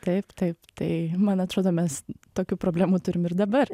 taip taip tai man atrodo mes tokių problemų turim ir dabar